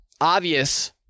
obvious